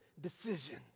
decision